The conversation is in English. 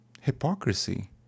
Hypocrisy